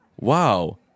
Wow